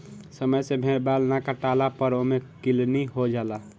समय से भेड़ बाल ना काटला पर ओमे किलनी हो जाला